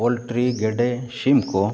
poultry ᱜᱮᱰᱮ ᱥᱤᱢᱠᱚ